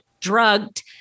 drugged